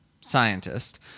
scientist